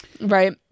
right